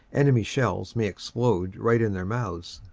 enemy shells may explode right in their mouths,